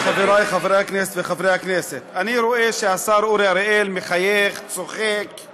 והן יושבות פה, חברות כנסת, זועקות וצועקות